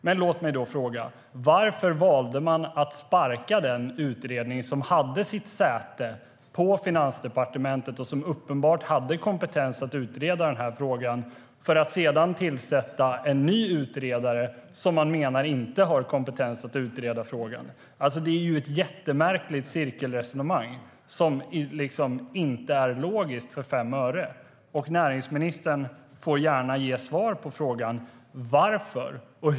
Men varför valde man att lägga ned den utredning som hade sitt säte på Finansdepartementet och som uppenbart hade kompetens att utreda frågan, för att sedan tillsätta en ny utredning som man menar inte har kompetens att utreda frågan? Det är ett mycket märkligt cirkelresonemang som inte är logiskt för fem öre. Näringsministern får gärna svara på frågan om varför.